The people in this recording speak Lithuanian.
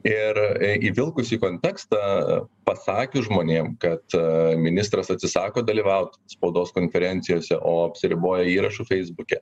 ir įvilkus į kontekstą pasakius žmonėm kad ministras atsisako dalyvaut spaudos konferencijose o apsiriboja įrašu feisbuke